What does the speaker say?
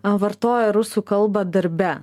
vartoja rusų kalbą darbe